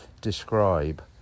describe